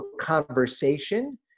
conversation